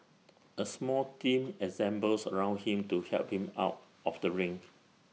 A small team assembles around him to help him out of the ring